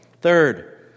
Third